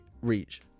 reach